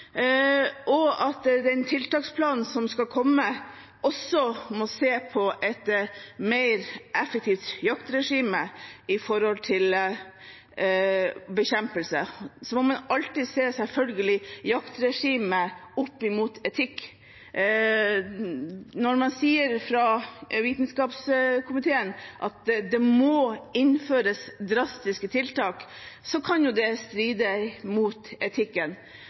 og den tiltaksplanen som skal komme, må også se på et mer effektivt jaktregime med hensyn til bekjempelse. Så må man selvfølgelig alltid se jaktregimet opp mot etikk. Når man sier fra Vitenskapskomiteen for mat og miljø at det må innføres drastiske tiltak, kan jo det stride mot etikken.